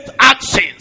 actions